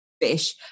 fish